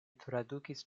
tradukis